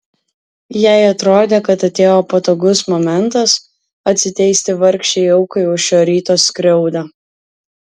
jai atrodė kad atėjo patogus momentas atsiteisti vargšei aukai už šio ryto skriaudą